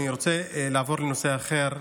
אני רוצה לעבור לנושא אחר,